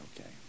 Okay